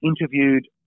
interviewed